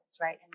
right